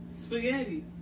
Spaghetti